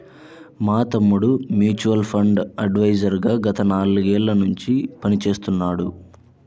మా తమ్ముడు mutual fund adviser గా గత నాలుగేళ్ళ నుంచి పనిచేస్తున్నాడు